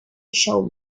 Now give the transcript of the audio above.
should